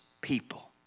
people